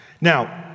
Now